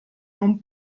non